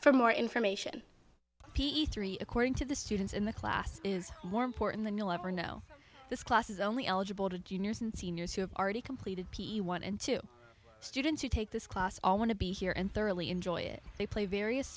for more information p e three according to the students in the class is more important than you'll ever know this class is only eligible to juniors and seniors who have already completed one and two students who take this class all want to be here and thoroughly enjoy it they play various